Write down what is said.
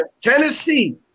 Tennessee